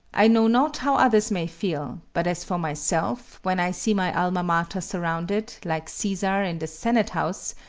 i know not how others may feel, but as for myself when i see my alma mater surrounded, like caesar in the senate house,